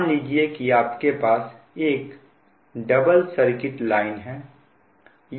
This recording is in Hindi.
मान लीजिए आपके पास एक डबल सर्किट लाइन है